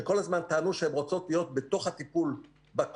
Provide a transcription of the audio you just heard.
שכל הזמן טענו שהן רוצות להיות בתוך הטיפול בקורונה,